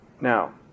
Now